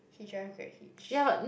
he drive Grab Hitch